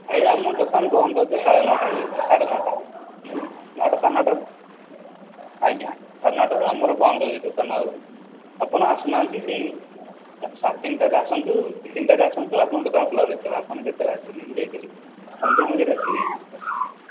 ଆଜ୍ଞା ଆମ ଦୋକନ ବନ୍ଦ ହେଉଛି ସାଢ଼େ ନଅଟା ଯାଏଁ ସାଢ଼େ ନଅଟା ନଅଟା ସାଢ଼େ ନଅଟା ଆଜ୍ଞା ସାଢ଼େ ନଅଟାରୁ ଆମର ବନ୍ଦ ହେଉଛି ଦୋକାନ ଆଉ ଆପଣ ଆସୁନାହାଁନ୍ତି ସେହି ସାଢ଼େ ତିନଟାରେ କି ତିନଟାରେ ଆସନ୍ତୁ ଆମ ଦୋକାନ ଖୋଲା ରହୁଛି ଆପଣ ଯେତେବେଳେ ଆସିବେ ନେଇକି ଯାଇପାରିବେ ସନ୍ଧ୍ୟା ମଝିରେ ଆସିବେନି